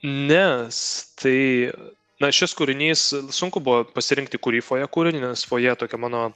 nes tai na šis kūrinys sunku buvo pasirinkti kurį fojė kūrinį nes fojė tokia mano